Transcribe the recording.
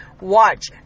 watch